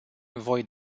voi